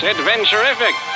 Adventurific